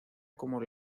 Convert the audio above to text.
como